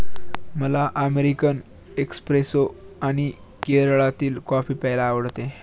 मला American espresso आणि केरळातील कॉफी प्यायला आवडते